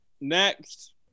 Next